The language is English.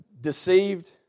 Deceived